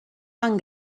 tan